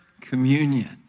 communion